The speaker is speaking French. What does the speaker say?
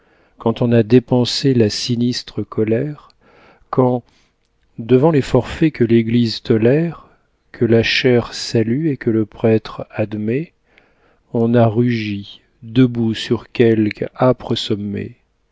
quand on a dépensé la sinistre colère quand devant les forfaits que l'église tolère que la chaire salue et que le prêtre admet on a rugi debout sur quelque âpre sommet